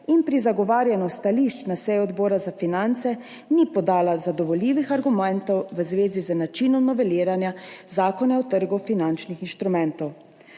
in pri zagovarjanju stališč na seji Odbora za finance nista podala zadovoljivih argumentov v zvezi z načinom noveliranja Zakona o trgu finančnih instrumentov.